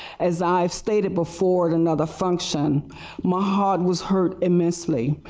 as i have stated before, in another function my heart was hurt immensely.